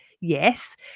yes